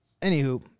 Anywho